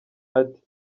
ati